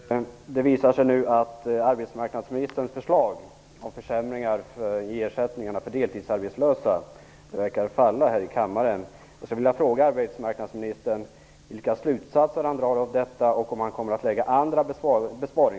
Fru talman! Det visar sig nu att arbetsmarknadsministerns förslag om försämringar i ersättningarna för deltidsarbetslösa verkar falla här i kammaren.